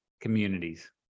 communities